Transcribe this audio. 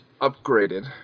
upgraded